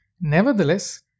Nevertheless